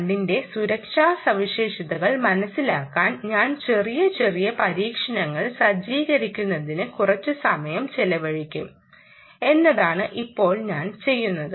2 ന്റെ സുരക്ഷാ സവിശേഷതകൾ മനസിലാക്കാൻ ഞങ്ങൾ ചെറിയ ചെറിയ പരീക്ഷണങ്ങൾ സജ്ജീകരിക്കുന്നതിന് കുറച്ച് സമയം ചെലവഴിക്കും എന്നതാണ് ഇപ്പോൾ ഞങ്ങൾ ചെയ്യുന്നത്